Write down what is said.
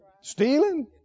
stealing